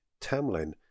Tamlin